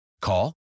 Call